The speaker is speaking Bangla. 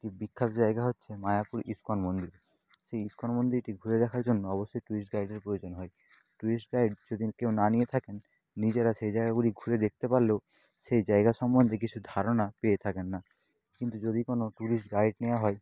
একটি বিখ্যাত জায়গা হচ্ছে মায়াপুর ইসকন মন্দির সেই ইসকন মন্দিরটি ঘুরে দেখার জন্য অবশ্যই ট্যুরিস্ট গাইডের প্রয়োজন হয় ট্যুরিস্ট গাইড যদি কেউ না নিয়ে থাকেন নিজেরা সেই জায়গাগুলি ঘুরে দেখতে পারলেও সেই জায়গা সম্বন্ধে কিছু ধারণা পেয়ে থাকেন না কিন্তু যদি কোনও ট্যুরিস্ট গাইড নেওয়া হয়